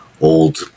old